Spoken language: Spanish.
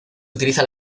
utiliza